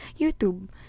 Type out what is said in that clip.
YouTube